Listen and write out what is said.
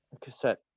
cassette